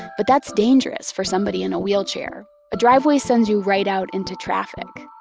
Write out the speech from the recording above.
but that's dangerous, for somebody in a wheelchair a driveway sends you right out into traffic.